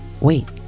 wait